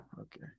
Okay